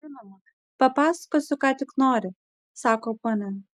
žinoma papasakosiu ką tik nori sako ponia